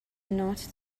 not